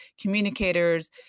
communicators